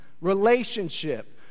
relationship